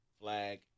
Flag